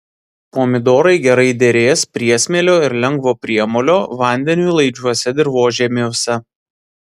pomidorai gerai derės priesmėlio ir lengvo priemolio vandeniui laidžiuose dirvožemiuose